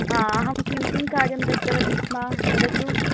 हा अहं किं किं कार्यं दत्तवती स्म वदतु